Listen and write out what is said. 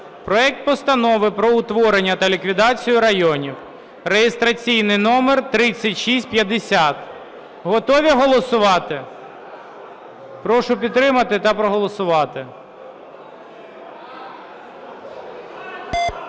проект Постанови про утворення та ліквідацію районів (реєстраційний номер 3650). Готові голосувати? Прошу підтримати та проголосувати.